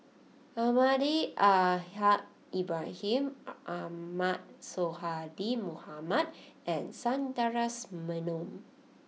Almahdi Al Haj Ibrahim Ahmad Sonhadji Mohamad and Sundaresh Menon